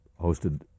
hosted